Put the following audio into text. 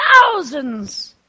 thousands